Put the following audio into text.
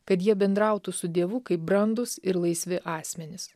kad jie bendrautų su dievu kaip brandūs ir laisvi asmenys